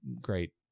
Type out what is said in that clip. great